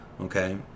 Okay